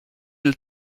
dil